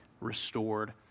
restored